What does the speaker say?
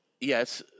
Yes